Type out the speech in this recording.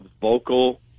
vocal